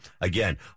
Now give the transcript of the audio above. Again